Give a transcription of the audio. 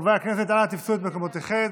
חברי הכנסת, אנא תפסו את מקומותיכם.